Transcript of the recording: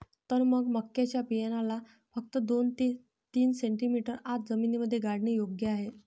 तर मग मक्याच्या बियाण्याला फक्त दोन ते तीन सेंटीमीटर आत जमिनीमध्ये गाडने योग्य आहे